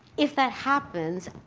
if that happens,